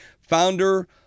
founder